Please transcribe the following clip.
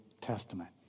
Testament